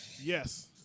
Yes